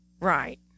Right